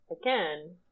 again